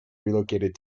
relocated